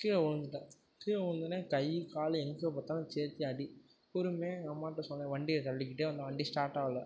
கீழே விழுந்துட்டேன் கீழே விழுந்தோன்னே கை கால் எங்கே பார்த்தாலும் சேர்த்தி அடி பொறுமையாக எங்கள் அம்மாகிட்ட சொன்னேன் வண்டியை தள்ளிக்கிட்டே வந்தேன் வண்டி ஸ்டார்ட் ஆவல